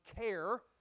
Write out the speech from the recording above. care